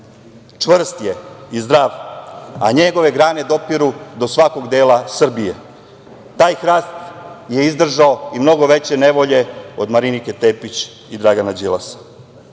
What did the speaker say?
čvrst je i zdrav, a njegove grane dopiru do svakog dela Srbije. Taj hrast je izdržao i mnogo veće nevolje od Marinike Tepić i Dragana Đilasa.